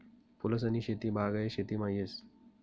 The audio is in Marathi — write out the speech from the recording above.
फूलसनी शेती बागायत शेतीमा येस